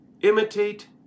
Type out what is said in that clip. imitate